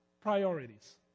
priorities